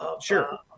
Sure